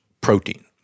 protein